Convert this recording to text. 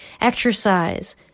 Exercise